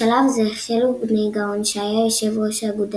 בשלב זה החל בני גאון שהיה יושב ראש "אגודה